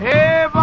Hey